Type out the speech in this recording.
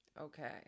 Okay